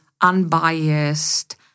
unbiased